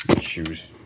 Shoes